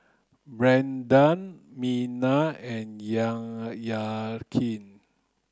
Brandan Mena and